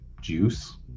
juice